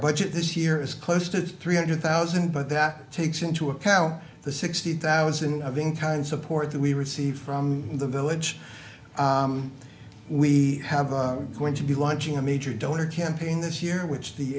budget this year is close to three hundred thousand but that takes into account the sixty thousand of being kind support that we received from the village we have going to be launching a major donor campaign this year which the